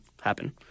happen